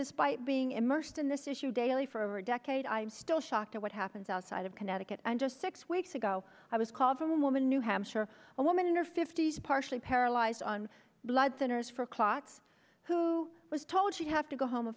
despite being immersed in this issue daily for over a decade i am still shocked at what happens outside of connecticut and just six weeks ago i was called home woman in new hampshire a woman in her fifty's partially paralyzed on blood thinners for clots who was told you have to go home a